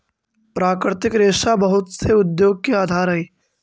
प्राकृतिक रेशा बहुत से उद्योग के आधार हई